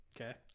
okay